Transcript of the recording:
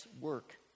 work